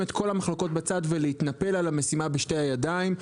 את כל המחלוקות בצד ולהתנפל על המשימה בשתי הידיים.